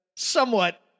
Somewhat